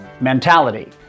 mentality